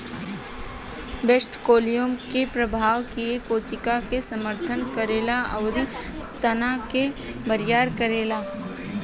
bast phloem के प्रवाह किये कोशिका के समर्थन करेला अउरी तना के बरियार करेला